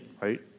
right